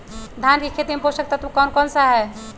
धान की खेती में पोषक तत्व कौन कौन सा है?